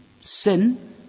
Sin